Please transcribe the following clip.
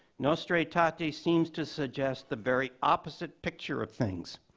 nostra aetate seems to suggest the very opposite picture of things.